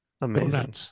amazing